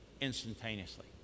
instantaneously